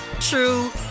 true